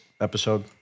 episode